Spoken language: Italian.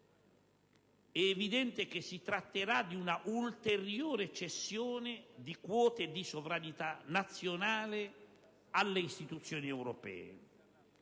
È evidente che si tratterà di una ulteriore cessione di quote di sovranità nazionale alle istituzioni europee